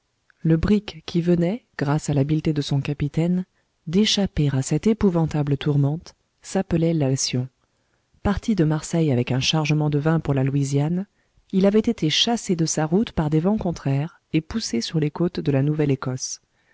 le brick qui venait grâce à l'habileté de son capitaine d'échapper à cette épouvantable tourmente s'appelait l'alcyon parti de marseille avec un chargement de vins pour la louisiane il avait été chassé de sa route par des vents contraires et poussé sur les côtes de la nouvelle écosse